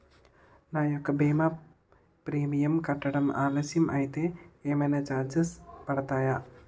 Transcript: నా యెక్క భీమా ప్రీమియం కట్టడం ఆలస్యం అయితే ఏమైనా చార్జెస్ పడతాయా?